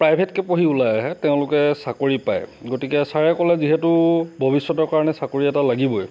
প্ৰাইভেটকৈ পঢ়ি ওলাই আহে তেওঁলোকে চাকৰি পায় গতিকে ছাৰে ক'লে যিহেতু ভৱিষ্যতৰ কাৰণে চাকৰি এটা লাগিবয়েই